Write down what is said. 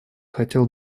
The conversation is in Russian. хотел